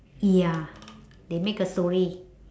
ya they make a story